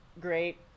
great